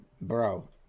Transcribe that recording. bro